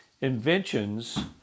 inventions